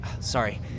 Sorry